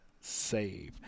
Save